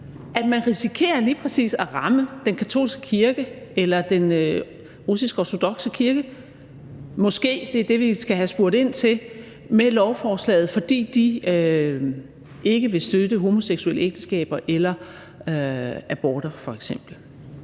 at man risikerer lige præcis at ramme den katolske kirke eller den russiskortodokse kirke – måske, det er det, vi skal have spurgt ind til – med lovforslaget, fordi de f.eks. ikke vil støtte homoseksuelle ægteskaber eller aborter. Så nej,